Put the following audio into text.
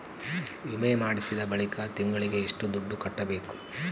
ವಿಮೆ ಮಾಡಿಸಿದ ಬಳಿಕ ತಿಂಗಳಿಗೆ ಎಷ್ಟು ದುಡ್ಡು ಕಟ್ಟಬೇಕು?